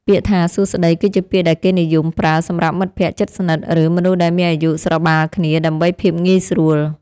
ពាក្យថាសួស្តីគឺជាពាក្យដែលគេនិយមប្រើសម្រាប់មិត្តភក្តិជិតស្និទ្ធឬមនុស្សដែលមានអាយុស្របាលគ្នាដើម្បីភាពងាយស្រួល។